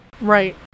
Right